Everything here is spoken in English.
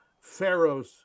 pharaoh's